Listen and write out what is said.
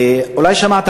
אולי שמעת,